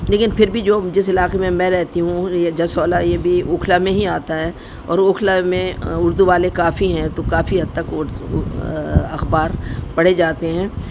لیکن پھر بھی جو جس علاقے میں میں رہتی ہوں یہ جسولہ یہ بھی اوکھلا میں ہی آتا ہے اور اوکھلا میں اردو والے کافی ہیں تو کافی حد تک اخبار پڑھے جاتے ہیں